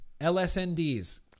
LSNDs